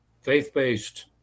faith-based